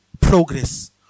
progress